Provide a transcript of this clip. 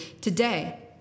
today